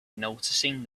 noticing